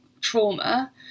trauma